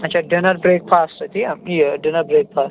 آچھا ڈِنَر برٛیک فاسٹہٕ تی یا یہِ ڈِنَر برٛیک فاسٹہٕ